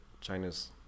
China's